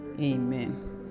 Amen